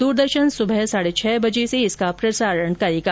दूरदर्शन सुबह साढ़े छह बजे इसका प्रसारण करेगा